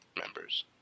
members